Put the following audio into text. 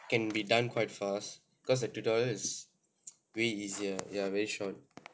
can be done quite fast because the tutorial is way easier ya is very short